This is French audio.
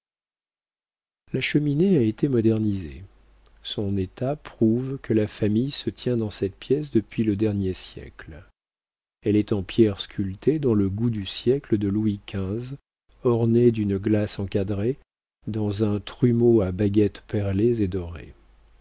la cheminée a été modernisée son état prouve que la famille se tient dans cette pièce depuis le dernier siècle elle est en pierre sculptée dans le goût du siècle de louis xv ornée d'une glace encadrée dans un trumeau à baguettes perlées et dorées